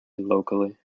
locally